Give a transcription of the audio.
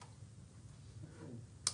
מועצת הכבלים והלוויין ומירב